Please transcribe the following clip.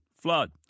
flood